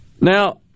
Now